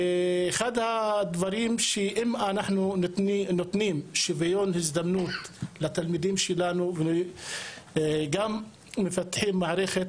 אם אנחנו נותנים שוויון הזדמנויות לתלמידים שלנו וגם מפתחים מערכת